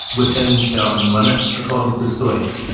within certain limits, according to the stoics.